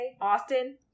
Austin